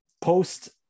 post